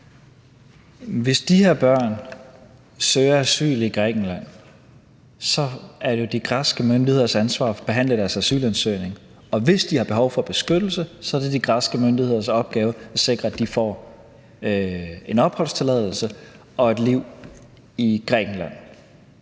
Hvis de her børn søger asyl i Grækenland, er det de græske myndigheders ansvar at behandle asylansøgningen, og hvis de har behov for beskyttelse, er det de græske myndigheders opgave at sikre, at de får en opholdstilladelse og et liv i Grækenland.